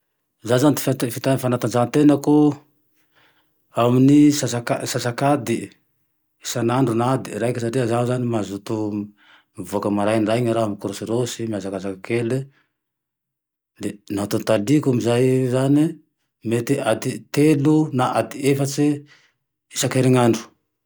Zaho zane ty fita-fanatanjahatenako, aminn'y sasakadie isan'andro na adiny raeke satria zaho zane mazoto mivoake maraindraigne raho mikorôsirôsy, miazakazaky kely, de naho tôtaiko amy zay zane mety ady telo na ady efatse isan-kerenandro